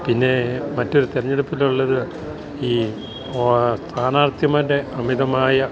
പിന്നെ മറ്റൊരു തെരഞ്ഞെടുപ്പിലുള്ളത് ഈ സ്ഥാനാർത്ഥ്യമൻ്റെ അമിതമായ